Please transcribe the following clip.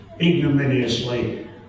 ignominiously